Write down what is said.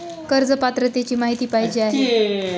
कर्ज पात्रतेची माहिती पाहिजे आहे?